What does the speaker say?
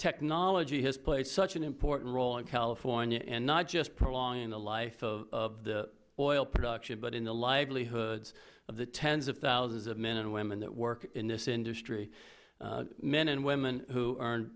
technology has played such an important role in california and not just prolonging the life of the oil production but in the livelihood of the tens of thousands of men and women that work in this industry men and women who ear